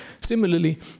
Similarly